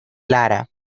lara